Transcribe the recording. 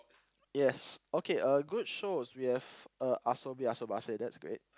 yes okay a good show was we have uh Asobi Asobase that's great